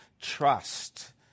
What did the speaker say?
trust